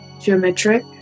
geometric